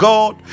God